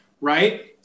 right